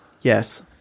Yes